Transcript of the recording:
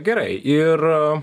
gerai ir